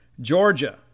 Georgia